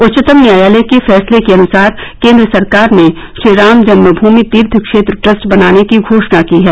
उच्चतम न्यायालय के फैसले के अनुसार केन्द्र सरकार ने श्रीराम जन्म भूमि तीर्थ क्षेत्र ट्रस्ट बनाने की घोषणा की है